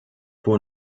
vor